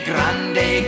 Grande